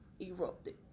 erupted